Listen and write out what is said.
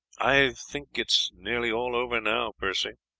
i think it's nearly all over now, percy.